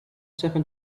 seven